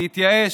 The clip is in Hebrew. להתייאש,